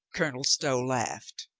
colonel stow laughed.